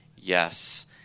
Yes